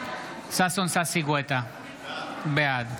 ששון ששי גואטה, בעד